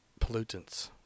pollutants